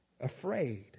afraid